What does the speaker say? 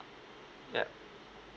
yup